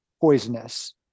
poisonous